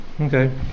okay